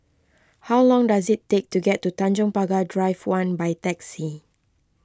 how long does it take to get to Tanjong Pagar Drive one by taxi